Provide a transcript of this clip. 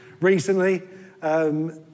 recently